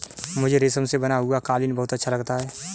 मुझे रेशम से बना हुआ कालीन बहुत अच्छा लगता है